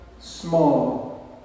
small